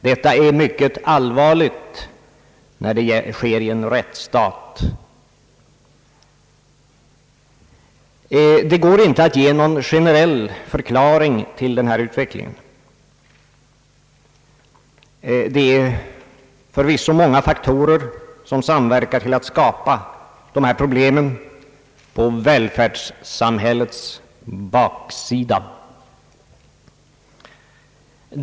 Detta är mycket allvarligt när det sker i en rättsstat. Det går inte att ge någon generell förklaring till den här utvecklingen. Det är förvisso många faktorer som samverkar till att skapa dessa problem på välfärdssamhällets baksida.